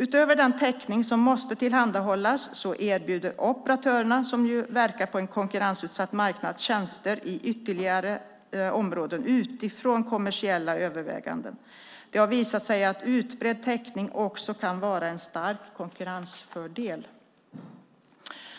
Utöver den täckning som måste tillhandahållas erbjuder operatörerna, som ju verkar på en konkurrensutsatt marknad, tjänster i ytterligare områden utifrån kommersiella överväganden. Det har visat sig att utbredd täckning kan vara en stark konkurrensfördel.